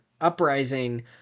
Uprising